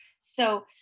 So-